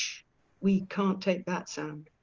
we can't take that sound.